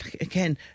again